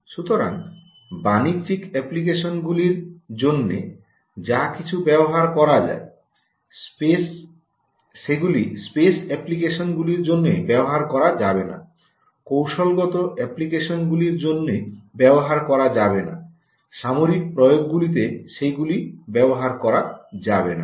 সুতরাং বাণিজ্যিক অ্যাপ্লিকেশনগুলির জন্য যা কিছু ব্যবহার করা যায় সেগুলি স্পেস অ্যাপ্লিকেশনগুলির জন্য ব্যবহার করা যাবে না কৌশলগত অ্যাপ্লিকেশনগুলির জন্য ব্যবহার করা যাবে না সামরিক প্রয়োগগুলিতে সেগুলি ব্যবহার করা যাবে না